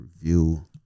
review